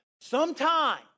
Sometime